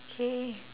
okay